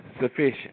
sufficient